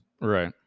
right